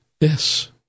Yes